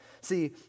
See